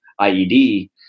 IED